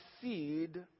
seed